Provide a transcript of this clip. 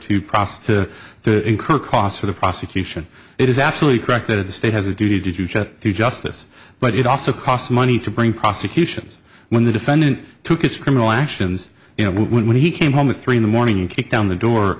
process to incur costs for the prosecution it is absolutely correct that the state has a duty to do justice but it also costs money to bring prosecutions when the defendant took his criminal actions you know when he came home with three in the morning and kicked down the door